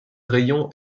rayon